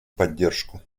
поддержку